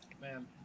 Man